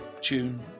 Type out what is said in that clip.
tune